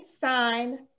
Sign